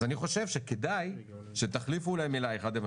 אז אני חושב שכדאי שתחליפו אולי מילה אחד עם